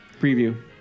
Preview